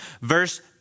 verse